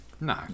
no